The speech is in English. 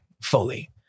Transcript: fully